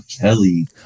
Kelly